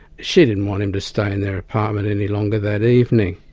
she didn't want him to stay in their apartment any longer that evening,